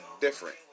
different